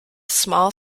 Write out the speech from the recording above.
small